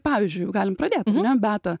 pavyzdžiui galim pradėt ane beata